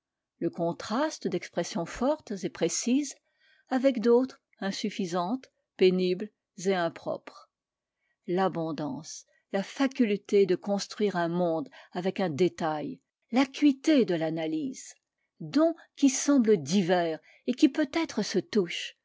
le contraste d'expressions fortes et précises avec d'autres insuffisantes pénibles et impropres l'abondance la faculté de construire un monde avec un détail l'acuité de l'analyse dons qui semblent divers et qui peut-être se touchent